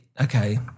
okay